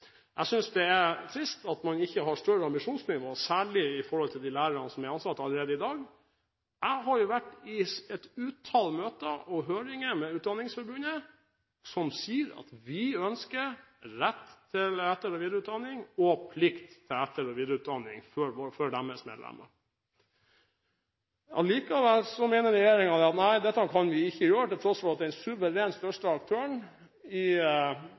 jeg glad for. Jeg synes det er trist at man ikke har et større ambisjonsnivå, særlig når det gjelder de lærerne som allerede er ansatt i dag. Jeg har vært i et utall møter og høringer med Utdanningsforbundet, som sier at de ønsker rett og plikt til etter- og videreutdanning for sine medlemmer. Likevel mener regjeringen at dette kan vi ikke gjøre, til tross for at den suverent største aktøren